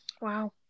Wow